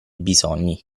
bisogni